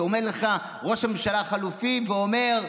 עומד לך ראש הממשלה החלופי ואומר: